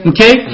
Okay